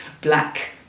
black